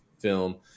Film